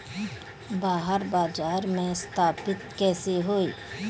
बाहर बाजार में पहुंच स्थापित कैसे होई?